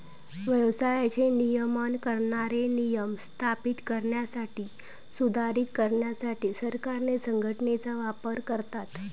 व्यवसायाचे नियमन करणारे नियम स्थापित करण्यासाठी, सुधारित करण्यासाठी सरकारे संघटनेचा वापर करतात